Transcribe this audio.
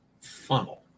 funnel